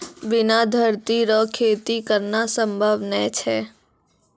बिना धरती रो खेती करना संभव नै छै